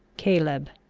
caleb.